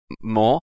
more